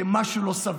שמשהו לא סביר,